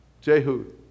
Jehu